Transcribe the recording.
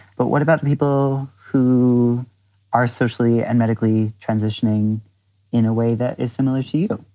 but what about people who are socially and medically transitioning in a way that is similar to you?